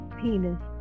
penis